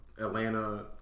Atlanta